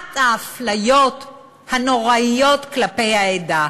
אחת האפליות הנוראיות כלפי העדה,